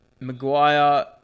Maguire